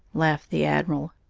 laughed the admiral,